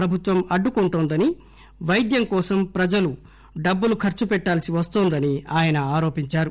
ప్రభుత్వం అడ్డుకుంటుందని వైద్యంకోసం ప్రజలు డబ్బులు ఖర్చు పెట్టాల్సి వస్తోందని ఆయన ఆరోపించారు